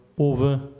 Over